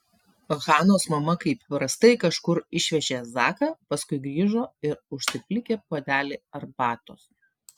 hanos mama kaip įprastai kažkur išvežė zaką paskui grįžo ir užsiplikė puodelį arbatos